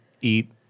eat